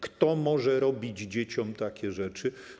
Kto może robić dzieciom takie rzeczy?